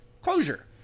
closure